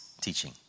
teaching